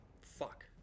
Fuck